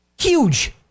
Huge